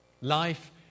Life